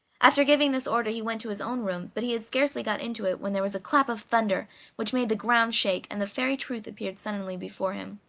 after giving this order he went to his own room, but he had scarcely got into it when there was a clap of thunder which made the ground shake, and the fairy truth appeared suddenly before him.